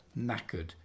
knackered